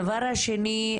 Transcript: הדבר השני,